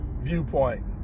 viewpoint